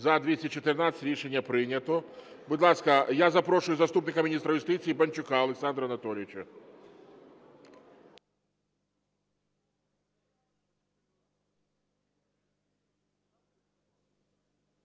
За-214 Рішення прийнято. Будь ласка, я запрошую заступника міністра юстиції Банчука Олександра Анатолійовича.